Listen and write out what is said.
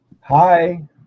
Hi